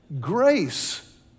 Grace